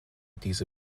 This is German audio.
diese